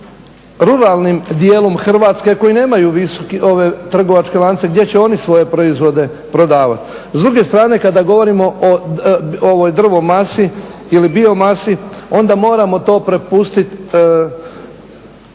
ruralnim djelom Hrvatske koji nemaju visoke trgovačke lance, gdje će oni svoje proizvode prodavati. S druge strane kada govorimo o drvo masi ili bio masi, onda moramo to prepustiti